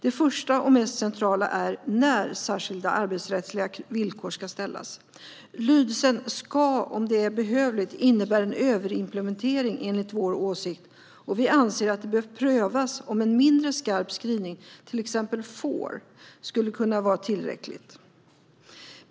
Det första och mest centrala är när särskilda arbetsrättsliga villkor ska ställas. Lydelsen "ska, om det är behövligt" innebär enligt vår åsikt en överimplementering, och vi anser att det bör prövas om en mindre skarp skrivning, till exempel "får", skulle kunna vara tillräcklig.